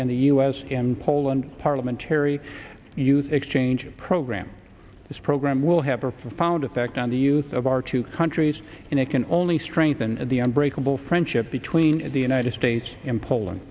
in the us and poland parliament terry hughes exchange program this program will have a profound effect on the youth of our two countries and it can only strengthen the breakable friendship between the united states in poland